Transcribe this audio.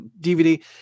DVD